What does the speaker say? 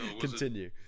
Continue